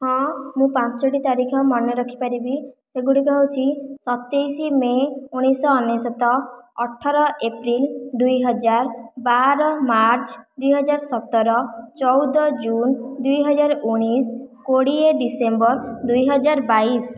ହଁ ମୁଁ ପାଞ୍ଚଟି ତାରିଖ ମନେ ରଖିପାରିବି ସେଗଡ଼ିକ ହେଉଛି ସତେଇଶ ମେ ଉଣେଇଶ ଶହ ଅନେଶ୍ୱତ ଅଠର ଏପ୍ରିଲ ଦୁଇ ହଜାର ବାର ମାର୍ଚ୍ଚ ଦୁଇହଜାର ସତର ଚଉଦ ଜୁନ ଦୁଇହଜାର ଉଣେଇଶ କୋଡ଼ିଏ ଡିସେମ୍ବର ଦୁଇହଜାର ବାଇଶ